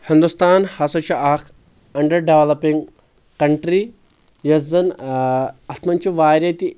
ہِندوستان ہسا چھُ اکھ اَنڈر ڈیولوپنگ کنٹری یۄس زن اتھ منٛز چھِ واریاہ تہِ